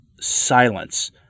silence